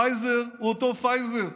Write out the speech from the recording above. פייזר הוא אותו פייזר,